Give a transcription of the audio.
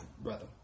brother